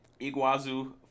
Iguazu